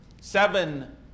seven